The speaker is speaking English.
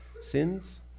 sins